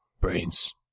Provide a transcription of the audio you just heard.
Brains